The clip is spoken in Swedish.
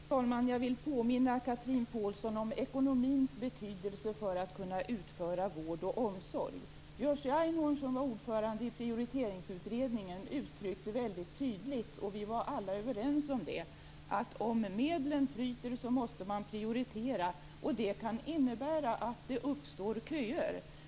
Fru talman! Jag vill påminna Chatrine Pålsson om ekonomins betydelse för att kunna utföra vård och omsorg. Jerzy Einhorn som var ordförande i prioriteringsutredningen uttryckte väldigt tydligt - och vi var alla överens om det - att om medlen tryter måste man prioritera. Det kan innebära att det uppstår köer.